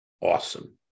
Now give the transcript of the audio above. awesome